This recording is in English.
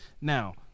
Now